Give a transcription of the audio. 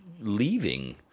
leaving